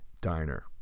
diner